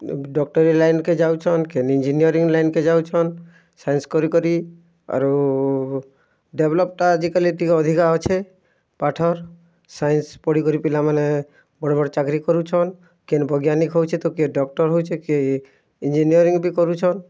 ଡ଼ାକ୍ତରୀ ଲାଇନ୍କେ ଯାଉଛନ୍ କେନ୍ ଇଞ୍ଜିନିୟରିଂ ଲାଇନ୍କେ ଯାଉଛନ୍ ସାଇନ୍ସ କରିକରି ଆଉ ଡେଭଲପ୍ଟା ଆଜିକାଲି ଟିକିଏ ଅଧିକା ଅଛେ ପାଠର୍ ସାଇନ୍ସ ପଢ଼ିକରି ପିଲାମାନେ ବଡ୍ ବଡ୍ ଚାକ୍ରି କରୁଛନ୍ କିଏ ବୈଜ୍ଞାନିକ୍ ହେଉଛେ ତ କିଏ ଡ଼କ୍ଟର୍ ହେଉଛେ ତ କିଏ ଇଞ୍ଜିନିୟରିଂ ବି କରୁଛନ୍